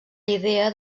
idea